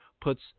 Puts